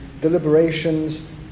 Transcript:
deliberations